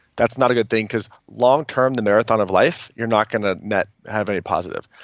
that's not a good thing because long-term the marathon of life you're not going to net have any positive.